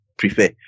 prefer